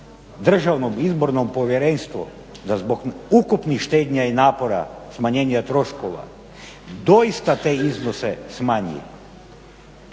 Državnom izbornom povjerenstvu da zbog ukupnih štednja i napora, smanjenja troškova, doista te iznose smanji.